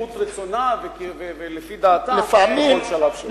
כראות רצונה, ולפי דעתה בכל שלב שהוא.